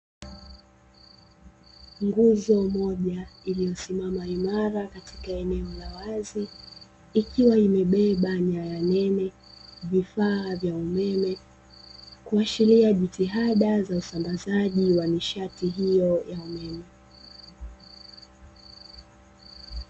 Nguzo moja iliyosimama imara katika eneo la wazi ikiwa imebeba nyaya nene, vifaa vya umeme kuashiria jitihada za usambazaji wa nishati hiyo ya umeme.